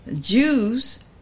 Jews